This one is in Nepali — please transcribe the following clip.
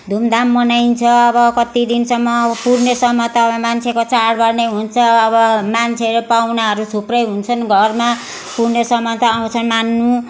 धुमधाम मनाइन्छ अब कति दिनसम्म अब पूर्णेसम्म त अब मान्छेको चाडबाड नै हुन्छ अब मान्छेहरू पाहुनाहरू थुप्रै हुन्छन् घरमा पूर्णेसम्म त आउँछन् मान्नु